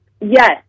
Yes